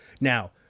Now